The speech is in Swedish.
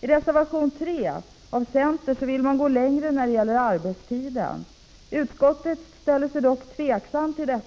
I reservation 3 från centern vill man gå längre när det gäller arbetstiden. Utskottet ställer sig dock av många skäl tveksamt till detta.